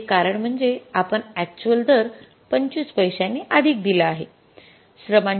त्याचे एक कारण म्हणजे आपण अक्चुअल दर २५ पैशांनी अधिक दिला आहे